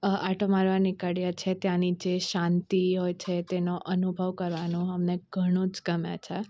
આંટો મારવા નીકળીએ છીએ ત્યાંની જે શાંતિ હોય છે તેનો અનુભવ કરવાનો અમને ઘણું જ ગમે છે